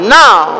now